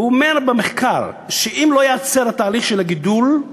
והוא אומר במחקר, שאם לא ייעצר התהליך של הגידול,